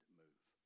move